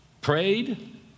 prayed